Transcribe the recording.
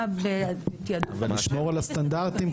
ולשמור על הסטנדרטים,